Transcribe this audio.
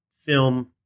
film